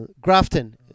grafton